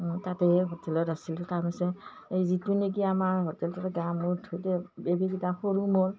তাতে এই হোটেলত আছিলোঁ হৈছে এই যিটো নেকি আমাৰ হোটেলটোতে গা মূৰ ধুই বেবিকেইটা সৰু মোৰ